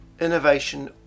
Innovation